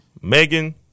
Megan